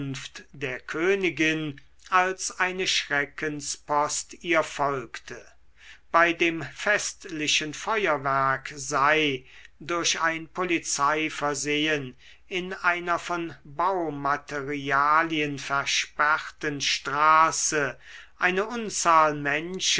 der königin als eine schreckenspost ihr folgte bei dem festlichen feuerwerke sei durch ein polizeiversehen in einer von baumaterialien versperrten straße eine unzahl menschen